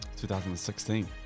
2016